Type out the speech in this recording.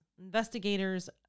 Investigators